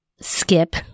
skip